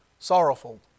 Sorrowful